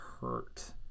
hurt